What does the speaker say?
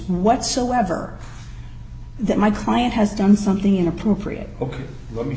whatsoever that my client has done something inappropriate let me